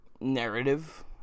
narrative